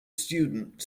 student